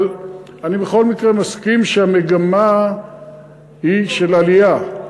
אבל אני בכל מקרה מסכים שהמגמה היא של עלייה,